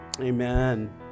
amen